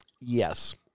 Yes